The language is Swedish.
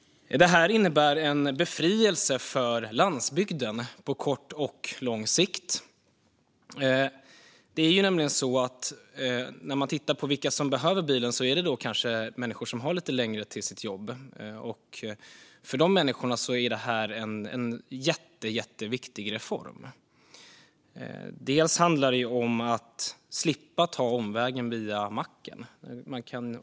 Detta innebär en befrielse för landsbygden på kort och lång sikt. Tittar man på vilka som behöver bilen kan man konstatera att det är människor som kanske har lite längre till sina jobb, och för de människorna är detta en jätteviktig reform. Bland annat handlar det om att slippa ta omvägen via macken.